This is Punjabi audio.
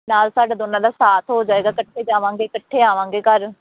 ਨਾਲ ਸਾਡੇ ਦੋਨਾਂ ਦਾ ਸਾਥ ਹੋ ਜਾਵੇਗਾ ਇਕੱਠੇ ਜਾਵਾਂਗੇ ਇਕੱਠੇ ਆਵਾਂਗੇ ਘਰ